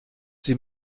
sie